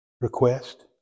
request